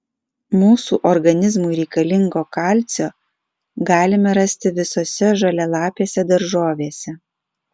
mūsų organizmui reikalingo kalcio galime rasti visose žalialapėse daržovėse